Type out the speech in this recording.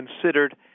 considered